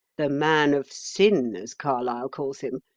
the man of sin as carlyle calls him,